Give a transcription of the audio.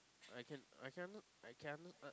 I can I can I can